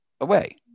away